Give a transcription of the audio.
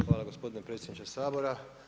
Hvala gospodine predsjedniče Sabora.